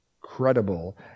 credible